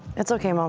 it's okay, mom.